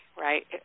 right